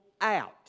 out